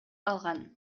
алган